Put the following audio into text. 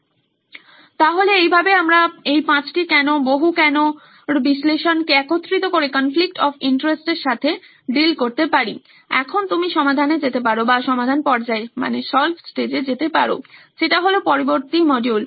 সুতরাং এইভাবে আমরা এই পাঁচটি কেন বহু কেন র বিশ্লেষণ কে একত্রিত করে কনফ্লিক্ট অফ ইন্টারেস্ট এর সাথে ডিল করতে পারি এখন তুমি সমাধানে যেতে পারো যেটা হলো পরবর্তী মডিউল